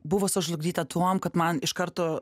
buvo sužlugdyta tuom kad man iš karto